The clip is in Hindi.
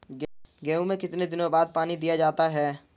गेहूँ में कितने दिनों बाद पानी दिया जाता है?